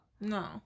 No